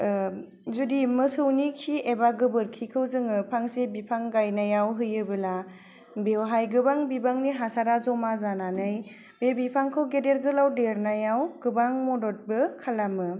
जुदि मोसौनि खि एबा गोबोरखिखौ जोङो फांसे बिफां गायनायाव होयोबोला बेवहाय गोबां बिबांनि हासारा जमा जानानै बे बिफांखौ गेदेर गोलाव देरनायाव गोबां मददबो खालामो